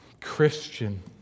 Christian